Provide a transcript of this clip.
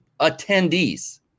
attendees